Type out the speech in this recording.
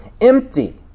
empty